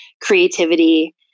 creativity